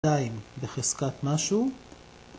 עדיין בחזקת משהו